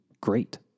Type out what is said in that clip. great